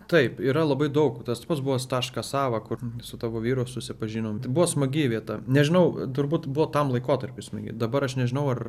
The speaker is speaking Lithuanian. taip yra labai daug tas pats buvęs taškas a va kur su tavo vyru susipažinom tai buvo smagi vieta nežinau turbūt buvo tam laikotarpiui smagi dabar aš nežinau ar